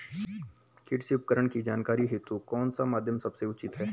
कृषि उपकरण की जानकारी हेतु कौन सा माध्यम सबसे उचित है?